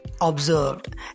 observed